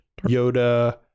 Yoda